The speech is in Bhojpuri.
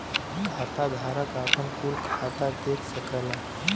खाताधारक आपन कुल खाता देख सकला